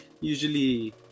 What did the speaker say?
usually